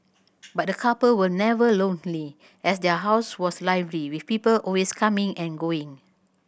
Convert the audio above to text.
but the couple were never lonely as their house was lively with people always coming and going